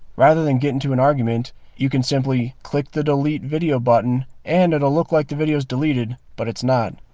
rather than get into an argument you can simply click the delete video button and it'll look like the video is deleted but it's not.